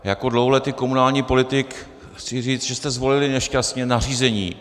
Jako dlouholetý komunální politik chci říct, že jsme zvolili nešťastně nařízení.